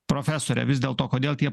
profesore vis dėlto kodėl tie